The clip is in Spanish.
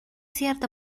cierto